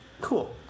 cool